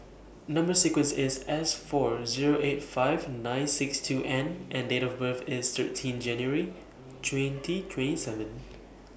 Number sequence IS S four Zero eight five nine six two N and Date of birth IS thirteen January twenty three seven